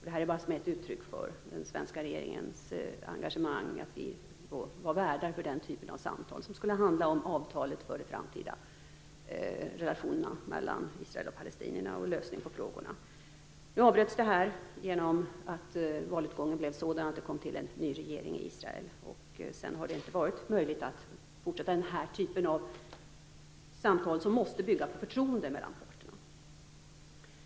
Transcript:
Det var ett uttryck för den svenska regeringens engagemang att vi var värdar för den typen av samtal, som skulle handla om avtalet för de framtida relationerna mellan Israel och palestinierna och en lösning på frågorna. Nu avbröts detta genom att valutgången blev sådan att det kom till en ny regering i Israel. Sedan har det inte varit möjligt att fortsätta den här typen av samtal som måste bygga på förtroende mellan parterna.